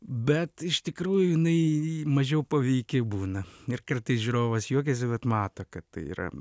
bet iš tikrųjų jinai mažiau paveiki būna ir kartais žiūrovas juokiasi bet mato kad tai yra